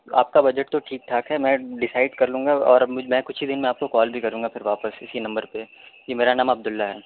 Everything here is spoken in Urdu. آپ کا بجٹ تو ٹھیک ٹھاک ہے میں ڈیسائڈ کر لوں گا اور مجھ میں کچھ ہی دن میں آپ کو کال بھی کروں گا پھر واپس اسی نمبر پہ یہ میرا نام عبد اللہ ہے